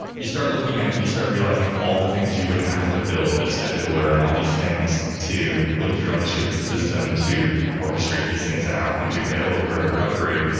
you start looking at it and you start realizing all the things you would have to build, the scheduler and all these things to build your own distributed system to orchestrate these things out and do failover and recovery,